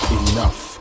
enough